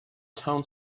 town